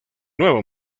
nuevo